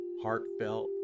heartfelt